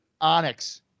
Onyx